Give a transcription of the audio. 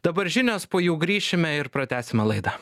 dabar žinios po jų grįšime ir pratęsime laidą